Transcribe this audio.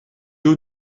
haut